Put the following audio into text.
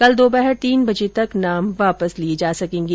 कल दोपहर तीन बजे तक नाम वापस लिये जा सकेंगे